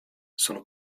sono